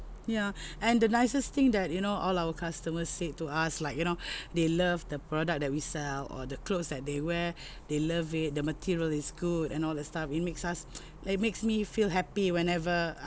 ya and the nicest thing that you know all our customers said to us like you know they love the product that we sell or the clothes that they wear they love it the material is good and all that stuff it makes us it makes me feel happy whenever